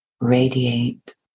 radiate